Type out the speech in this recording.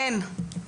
אין.